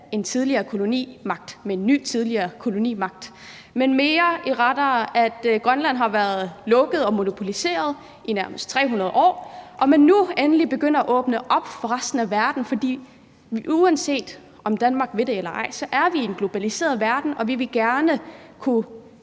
en tidligere kolonimagt med en ny tidligere kolonimagt, men mere om, at Grønland har været lukket og monopoliseret i nærmest 300 år, og at man nu endelig begynder at åbne op i forhold til resten af verden. For uanset om Danmark vil det eller ej, er vi i en globaliseret verden, og vi vil gerne kunne